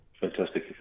Fantastic